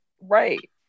Right